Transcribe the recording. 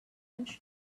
edge